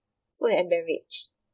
food and beverage